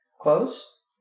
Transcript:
Close